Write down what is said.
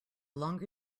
longer